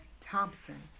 Thompson